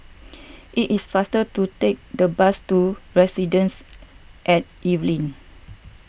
it is faster to take the bus to Residences at Evelyn